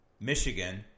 Michigan